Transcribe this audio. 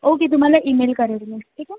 okay तुम्हाला email करेल मी ठीक आहे